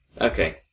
Okay